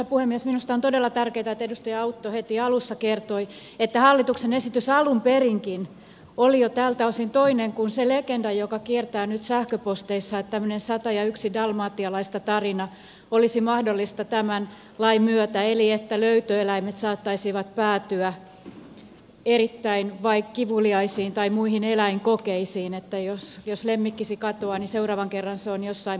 minusta on todella tärkeätä että edustaja autto heti alussa kertoi että hallituksen esitys alun perinkin oli jo tältä osin toinen kuin se legenda joka kiertää nyt sähköposteissa että tämmöinen sata ja yksi dalmatialaista tarina olisi mahdollista tämän lain myötä eli että löytöeläimet saattaisivat päätyä erittäin kivuliaisiin tai muihin eläinkokeisiin että jos lemmikkisi katoaa niin seuraavan kerran se on jossain mengelen käsissä